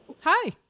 Hi